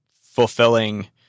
fulfilling